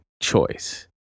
choice